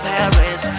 Paris